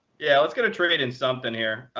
yeah, let's get a trade in something here.